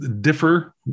differ